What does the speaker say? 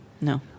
No